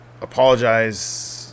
apologize